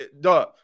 duh